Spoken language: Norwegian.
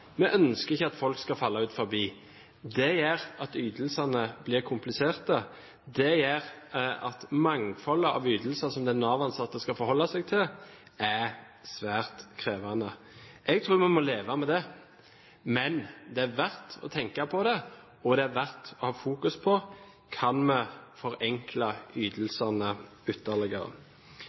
Vi ønsker ikke at folk skal falle utenfor. Det gjør at ytelsene blir kompliserte. Det gjør at mangfoldet av ytelser som den Nav-ansatte skal forholde seg til, er svært krevende. Jeg tror vi må leve med det, men det er verdt å tenke på det, og det er verdt å ha fokus på: Kan vi forenkle ytelsene